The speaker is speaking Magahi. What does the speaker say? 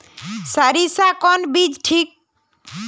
सरीसा कौन बीज ठिक?